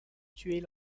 tués